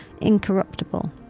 incorruptible